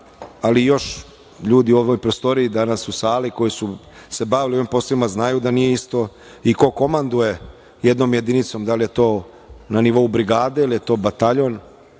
ali još ljudi u ovoj prostoriji, danas u sali koji su se bavili ovim poslovima znaju da nije isto i ko komanduje jednom jedinicom, da li je to na nivou brigade ili je to bataljon